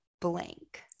blank